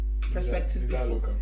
perspective